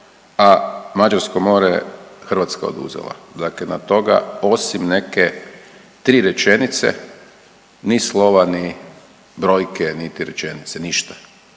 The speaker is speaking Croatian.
a Mađarsko more je Hrvatska oduzela. Dakle, na to ga osim neke tri rečenice ni slova, ni brojke, niti rečenice, ništa.